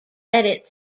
edits